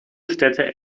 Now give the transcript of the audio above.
städte